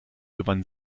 gewann